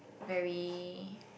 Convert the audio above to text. very